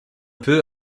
peu